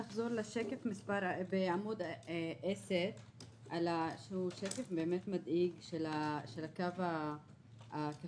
לחזור לשקף מס' 10. זה שקף מדאיג של הקו הכחול